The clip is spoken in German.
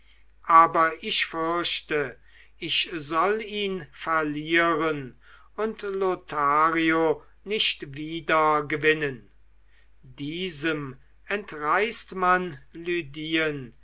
aber ich fürchte ich soll ihn verlieren und lothario nicht wiedergewinnen diesem entreißt man